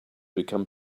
become